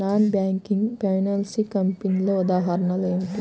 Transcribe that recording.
Non banking financial కంపెనీల ఉదాహరణలు ఏమిటి?